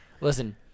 Listen